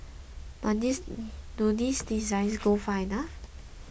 but do these designs go far enough